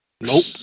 Nope